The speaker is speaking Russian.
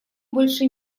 больше